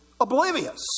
oblivious